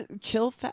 chill